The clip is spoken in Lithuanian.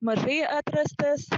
mažai atrastas